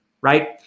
Right